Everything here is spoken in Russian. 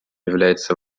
является